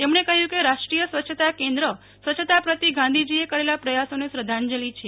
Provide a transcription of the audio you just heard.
તેમણે કહ્યુ કે રાષ્ટ્રીય સ્વચ્છતા કેન્દ્રસ્વચ્છતા પ્રતિ ગાંધીજીએ કરેલા પ્રયાસોને શ્રધ્ધાજલી છે